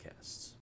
Podcasts